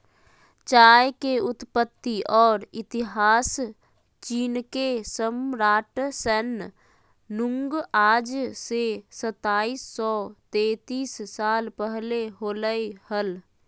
चाय के उत्पत्ति और इतिहासचीनके सम्राटशैन नुंगआज से सताइस सौ सेतीस साल पहले होलय हल